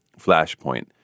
flashpoint